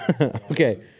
Okay